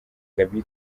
gaby